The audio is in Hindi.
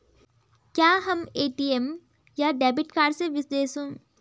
क्या हम ए.टी.एम या डेबिट कार्ड से विदेशों में पैसे भेज सकते हैं यदि हाँ तो कैसे?